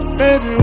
baby